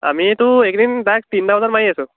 আমিতো এইকেইদিন দাইক তিনিটা বজাত মাৰি আছো